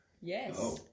Yes